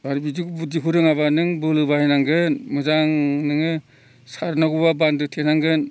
आरो बिदि बुद्धिखौ रोङाब्ला नों बोलो बाहायनांगोन मोजां नोङो सारनांगौब्ला बान्दो थेनांगोन